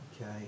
Okay